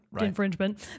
infringement